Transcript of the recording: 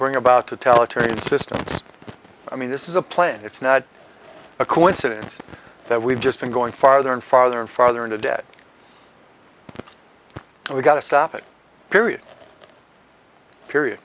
bring about to tell a train systems i mean this is a plan it's not a coincidence that we've just been going farther and farther and farther into debt we've got to stop it period period